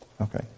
Okay